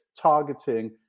targeting